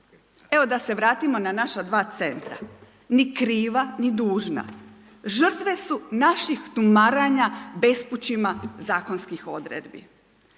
evo da se vratimo na naša dva centra ni kriva ni dužna. Žrtve su naših tumaranja bespućima zakonskih odredbi.